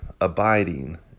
abiding